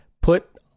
put